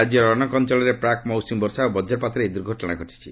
ରାଜ୍ୟର ଅନେକ ଅଞ୍ଚଳରେ ପ୍ରାକ୍ ମୌସୁମୀ ବର୍ଷା ଓ ବଜ୍ରପାତରେ ଏହି ଦୁର୍ଘଟଣା ଘଟିଛି